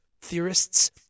theorists